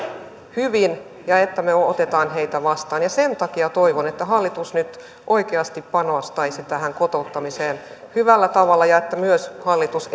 hyvin ja että me otamme heidät vastaan sen takia toivon että hallitus nyt oikeasti panostaisi tähän kotouttamiseen hyvällä tavalla ja että hallitus